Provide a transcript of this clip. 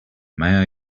may